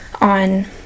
on